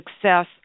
success